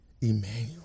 emmanuel